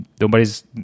Nobody's